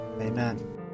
Amen